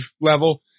level